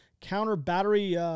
counter-battery